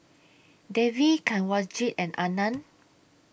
Devi Kanwaljit and Anand